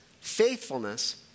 faithfulness